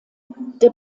der